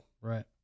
Right